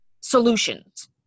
solutions